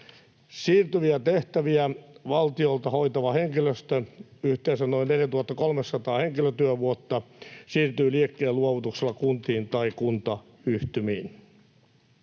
Siirtyviä tehtäviä hoitava henkilöstö, yhteensä noin 4 300 henkilötyövuotta, siirtyy liikkeenluovutuksella valtiolta kuntiin tai kuntayhtymiin.